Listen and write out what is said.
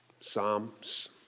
Psalms